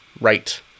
right